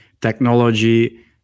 technology